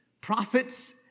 prophets